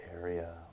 area